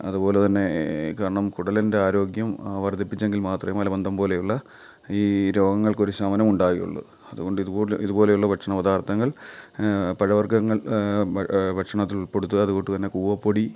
അതുപോലെ തന്നെ കാരണം കുടലിൻ്റെ ആരോഗ്യം വർദ്ധിപ്പിച്ചെങ്കിൽ മാത്രമേ മലബന്ധം പോലെയുള്ള ഈ രോഗങ്ങൾക്ക് ഒരു ശമനമുണ്ടാവുകയുള്ളു അതുകൊണ്ട് ഇതുപോലെ ഇതുപോലെയുള്ള ഭക്ഷണപദാർത്ഥങ്ങൾ പഴവർഗ്ഗങ്ങൾ ബ ഭക്ഷണത്തിൽ ഉൾപ്പെടുത്തുക അത്കൂട്ട് തന്നെ കൂവപ്പൊടി